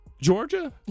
Georgia